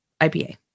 IPA